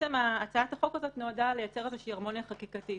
הצעת החוק הזו נועדה ליצור הרמוניה חקיקתית.